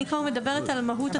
אני כבר מדברת על מהות התפקיד.